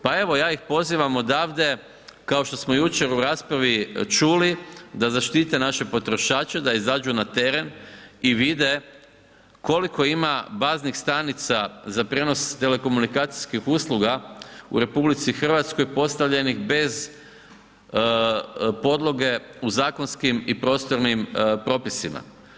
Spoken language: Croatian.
Pa evo ja ih pozivam odavde kao što smo jučer u raspravi čuli da zaštite naše potrošače, da izađu na teren i vide koliko ima baznih stanica za prijenos telekomunikacijskih usluga u RH postavljenih bez podloge u zakonskim i prostornim propisima.